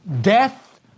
death